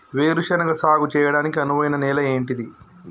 వేరు శనగ సాగు చేయడానికి అనువైన నేల ఏంటిది?